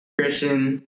christian